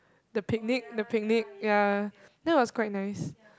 the picnic the picnic ya that was quite nice